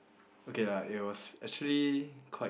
okay lah it was actually